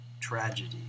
tragedy